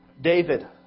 David